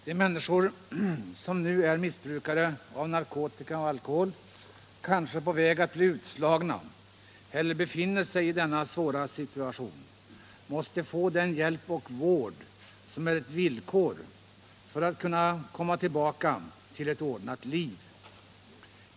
De människor som nu är missbrukare av narkotika och alkohol, kanske på väg att bli utslagna eller befinner sig i denna svåra situation, måste få den hjälp och vård som är ett villkor för att de skall kunna komma tillbaka till ett ordnat liv.